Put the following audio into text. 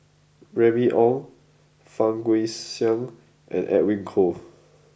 Remy Ong Fang Guixiang and Edwin Koo